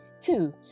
Two